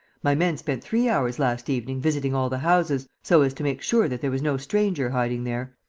my men spent three hours last evening visiting all the houses, so as to make sure that there was no stranger hiding there.